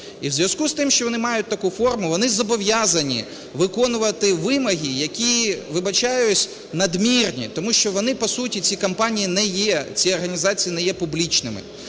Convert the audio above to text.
І у зв'язку з тим, що вони мають таку форму, вони зобов'язані виконувати вимоги, які, вибачаюсь, надмірні, тому що вони, по суті, ці компанії, ці організації не є публічними.